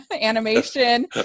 animation